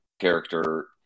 character